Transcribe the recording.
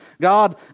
God